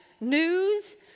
news